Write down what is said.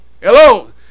Hello